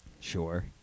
Sure